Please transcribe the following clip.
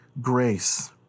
grace